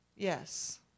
Yes